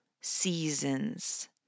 seasons